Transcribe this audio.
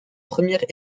première